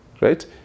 Right